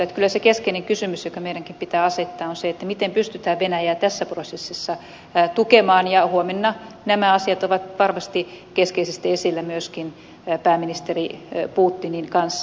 kyllä se keskeinen kysymys joka meidänkin pitää asettaa on se miten pystytään venäjää tässä prosessissa tukemaan ja huomenna nämä asiat ovat varmasti keskeisesti esillä myöskin pääministeri putinin kanssa